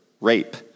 rape